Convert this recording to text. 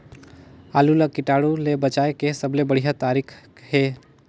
आलू ला कीटाणु ले बचाय के सबले बढ़िया तारीक हे?